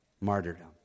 martyrdom